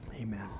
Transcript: Amen